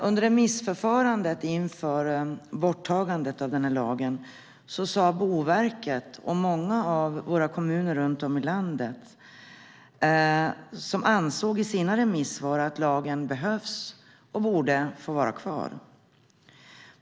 Under remissförfarandet inför borttagandet av lagen ansåg Boverket och många av våra kommuner runt om i landet i sina remissvar att lagen behövs och borde få vara kvar.